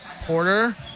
Porter